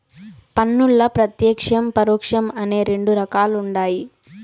పన్నుల్ల ప్రత్యేక్షం, పరోక్షం అని రెండు రకాలుండాయి